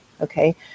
okay